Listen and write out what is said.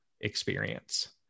experience